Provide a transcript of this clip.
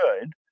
good